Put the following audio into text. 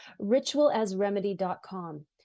Ritualasremedy.com